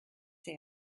say